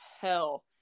hell